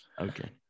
Okay